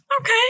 Okay